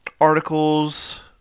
articles